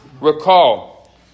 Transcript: recall